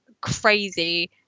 crazy